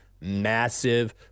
massive